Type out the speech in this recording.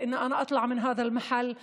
בזכות כך יכולתי לצאת מהמקום הזה,